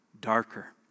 darker